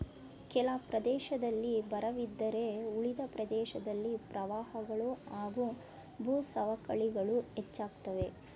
ಕೆಲ ಪ್ರದೇಶದಲ್ಲಿ ಬರವಿದ್ದರೆ ಉಳಿದ ಪ್ರದೇಶದಲ್ಲಿ ಪ್ರವಾಹಗಳು ಹಾಗೂ ಭೂಸವಕಳಿಗಳು ಹೆಚ್ಚಾಗ್ತವೆ